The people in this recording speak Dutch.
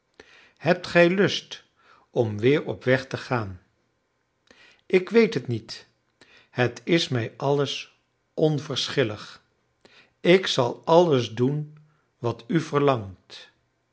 hebt gij lust om weer op weg te gaan ik weet het niet het is mij alles onverschillig ik zal alles doen wat u verlangt